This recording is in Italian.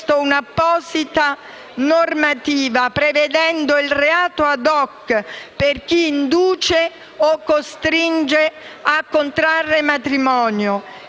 un'apposita normativa, prevedendo il reato *ad hoc* per chi induce o costringe a contrarre matrimonio.